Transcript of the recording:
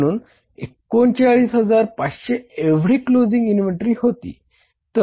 म्हणून 39500 एवढी closing inventory होती